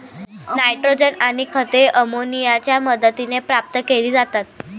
nitrogen आणि खते अमोनियाच्या मदतीने प्राप्त केली जातात